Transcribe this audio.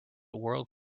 world